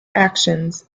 actions